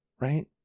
Right